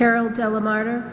carol telemarketer